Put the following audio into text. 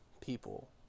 people